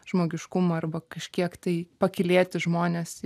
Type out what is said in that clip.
žmogiškumo arba kažkiek tai pakylėti žmones